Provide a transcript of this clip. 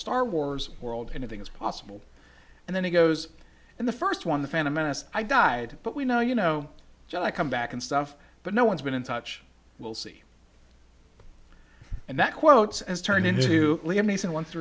star wars world anything is possible and then he goes and the first one the phantom menace i died but we know you know john i come back and stuff but no one's been in touch will see and that quote's as turned into